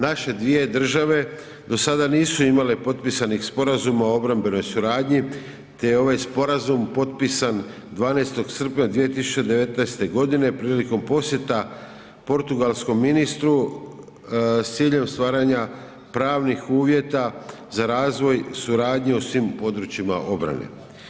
Naše dvije države do sada nisu imale potpisanih sporazuma o obrambenoj suradnji te je ovaj sporazum potpisan 12. srpnja 2019. godine prilikom posjeta portugalskom ministru s ciljem stvaranja pravnih uvjeta za razvoj suradnje u svim područjima obrane.